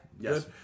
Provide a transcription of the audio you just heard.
Yes